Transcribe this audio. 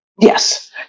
Yes